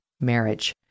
marriage